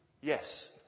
yes